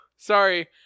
Sorry